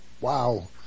Wow